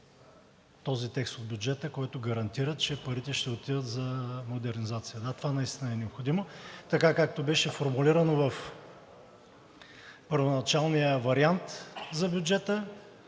този текст от бюджета, който гарантира, че парите ще отидат за модернизация. Да, това наистина е необходимо. Така, както беше формулирано в първоначалния вариант за бюджета,